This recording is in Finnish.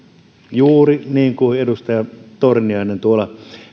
juuri niin kuin edustaja torniainen tuolla